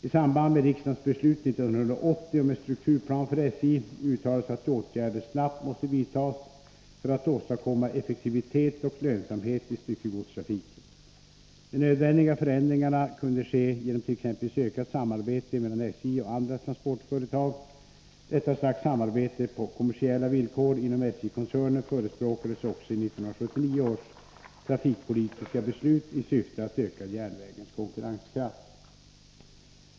I samband med riksdagens beslut 1980 om en strukturplan för SJ uttalades att åtgärder snabbt måste vidtas för att åstadkomma effektivitet och lönsamhet i styckegodstrafiken. De nödvändiga förändringarna kunde ske genom t.ex. ökat samarbete mellan SJ och andra transportföretag. Detta slags samarbete på kommersiella villkor inom SJ-koncernen förespråkades också i 1979 års trafikpolitiska beslut i syfte att öka järnvägens konkurrenskraft.